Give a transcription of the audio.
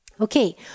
Okay